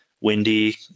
windy